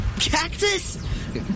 Cactus